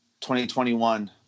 2021